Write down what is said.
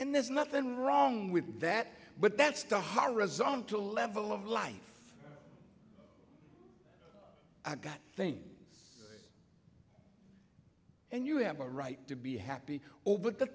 and there's nothing wrong with that but that's the horizontal level of life i've got things and you have a right to be happy or with the